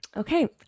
Okay